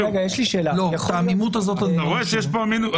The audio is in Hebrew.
אתה רואה שיש פה עמימות.